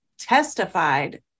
testified